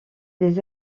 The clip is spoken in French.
des